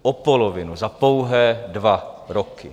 O polovinu za pouhé dva roky.